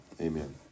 Amen